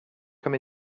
come